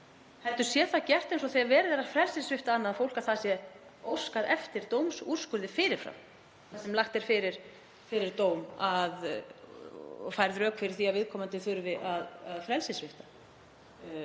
heldur sé það gert eins og þegar verið er að frelsissvipta annað fólk, að það sé óskað eftir dómsúrskurði fyrir fram þar sem lagt er fyrir dóm og færð rök fyrir því að viðkomandi þurfi að frelsissvipta.